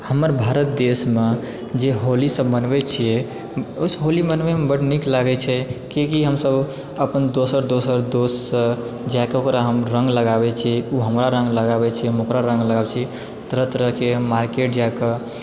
हमर भारत देशमे जे होली सभ मनबै छियै उस होली मनबैमे बड़ नीक लागै छै किएकि हमसभ अपन दोसर दोसर दोससँ जा कऽ ओकरा हम रङ्ग लगाबै छियै ओ हमरा रङ्ग लगाबै छियै हम ओकरा रङ्ग लगाबै छियै तरह तरहके मार्केट जा कऽ